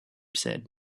said